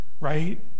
Right